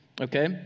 Okay